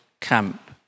camp